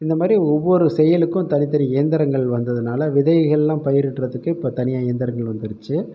இந்த மாதிரி ஒவ்வொரு செயலுக்கும் தனித்தனி இயந்திரங்கள் வந்ததுனால் விதைகளெலாம் பயிரிடுவதுக்கு இப்போ தனியாக இயந்திரங்கள் வந்துடுச்சு